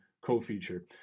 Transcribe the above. co-feature